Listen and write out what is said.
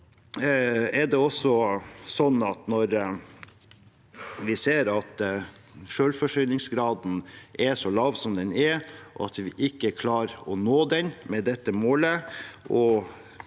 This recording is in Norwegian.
når vi ser at selvforsyningsgraden er så lav som den er, at vi ikke klarer å nå den med dette målet,